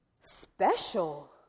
special